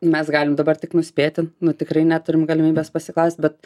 mes galim dabar tik nuspėti nu tikrai neturim galimybės pasiklaust bet